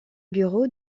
bureau